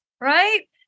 right